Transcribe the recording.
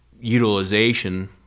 utilization –